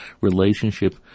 relationship